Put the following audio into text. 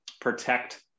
protect